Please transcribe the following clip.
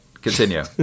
Continue